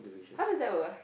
how does that work